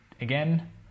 again